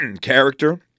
character